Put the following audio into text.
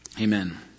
Amen